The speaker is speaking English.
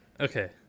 Okay